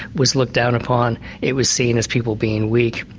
was looked down upon it was seen as people being weak,